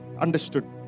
understood